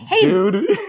dude